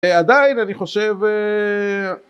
עדיין אני חושב...